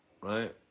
right